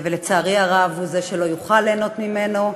ולצערי הרב הוא זה שלא יוכל ליהנות ממנו,